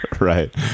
right